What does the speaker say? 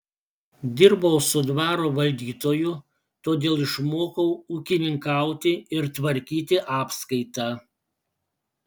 dirbau su dvaro valdytoju todėl išmokau ūkininkauti ir tvarkyti apskaitą